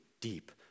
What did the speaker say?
deep